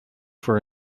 for